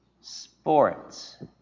Sports